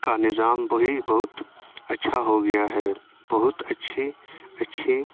کا نظام بہت اچّھا ہو گیا ہے بہت اَچّھی اچّھی